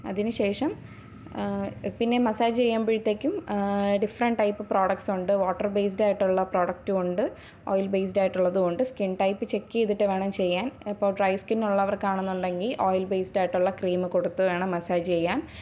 അതിനുശേഷം പിന്നെ മസാജ് ചെയ്യുമ്പോഴത്തേക്കും ഡിഫറെൻ്റ് ടൈപ്പ് പ്രോഡക്റ്റ്സ് ഉണ്ട് വാട്ടർ ബേസ്ഡ് ആയിട്ടുള്ള പ്രോഡക്ടും ഉണ്ട് ഓയിൽ ബേസ്ഡ് ആയിട്ടുള്ളതും ഉണ്ട് സ്കിൻ ടൈപ്പ് ചെക്ക് ചെയ്തിട്ട് വേണം ചെയ്യാൻ അപ്പോൾ ഡ്രൈ സ്കിന്നുള്ളവർക്കാണെന്നുണ്ടെങ്കിൽ ഓയിൽ ബേസ്ഡ് ആയിട്ടുള്ള ക്രീം കൊടുത്തുവേണം മസാജ് ചെയ്യാൻ